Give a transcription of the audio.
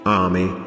army